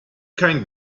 kein